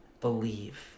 believe